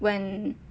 when